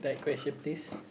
question please